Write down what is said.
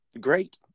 great